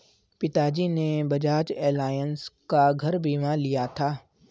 पिताजी ने बजाज एलायंस का घर बीमा लिया था